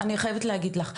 אני חייבת להגיד לך.